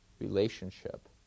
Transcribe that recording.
relationship